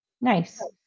Nice